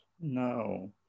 No